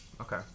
Okay